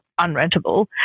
unrentable